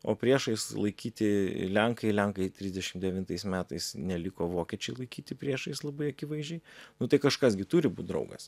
o priešais laikyti lenkai lenkai trisdešim devintais metais neliko vokiečiai laikyti priešais labai akivaizdžiai nu tai kažkas gi turi būt draugas